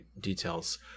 details